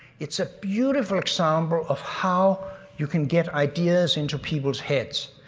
it's a beautiful example of how you can get ideas into people's heads.